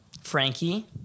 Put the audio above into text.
Frankie